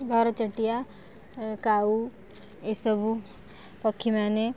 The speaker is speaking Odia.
ଘର ଚଟିଆ କାଉ ଏସବୁ ପକ୍ଷୀ ମାନେ